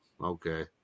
Okay